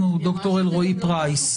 ד"ר אלרועי פרייס.